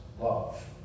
love